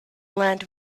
land